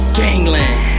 gangland